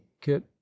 kit